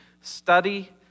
study